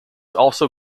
also